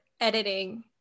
editing